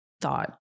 thought